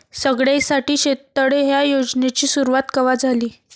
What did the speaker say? सगळ्याइसाठी शेततळे ह्या योजनेची सुरुवात कवा झाली?